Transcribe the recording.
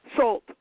salt